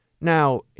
now